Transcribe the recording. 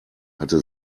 hatte